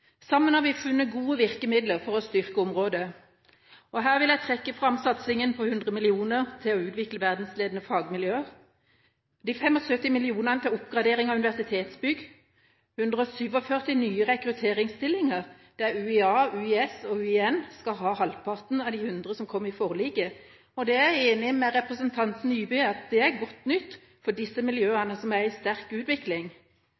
Sammen har vi funnet gode virkemidler for å styrke området, og her vil jeg trekke fram satsinga på 100 mill. kr til å utvikle verdensledende fagmiljøer, de 75 mill. kr til oppgradering av universitetsbygg, 147 nye rekrutteringsstillinger, der UiA, UiS og UiN skal ha halvparten av de 100 som kom i forliket. Jeg er enig med representanten Nybø i at det er godt nytt for disse